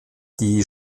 die